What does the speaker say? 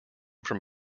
from